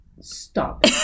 Stop